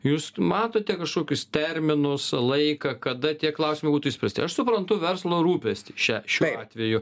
jūs matote kažkokius terminus laiką kada tie klausimai būtų išspręsti aš suprantu verslo rūpestį šia šiuo atveju